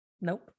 Nope